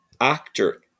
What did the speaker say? actor